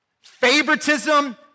Favoritism